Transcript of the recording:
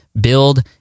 build